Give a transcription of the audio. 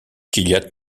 gilliatt